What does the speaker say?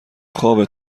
خوابه